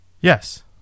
Yes